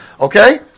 Okay